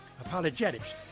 apologetics